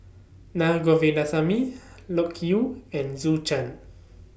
Naa Govindasamy Loke Yew and Zhou Can